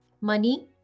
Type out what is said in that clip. money